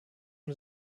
und